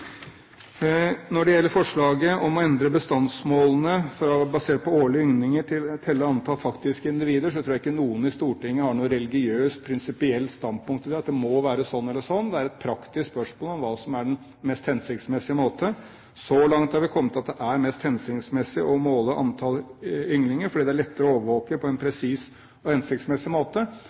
Når det gjelder forslaget om å endre bestandsmålene fra å være basert på årlige ynglinger til å telle antall faktiske individer, tror jeg ikke noen i Stortinget har noe religiøst, prinsipielt standpunkt til det, at det må være sånn eller sånn. Det er et praktisk spørsmål om hva som er den mest hensiktsmessige måte. Så langt har vi kommet til at det er mest hensiktsmessig å måle antall ynglinger, fordi det er lettere å overvåke på en presis og hensiktsmessig måte,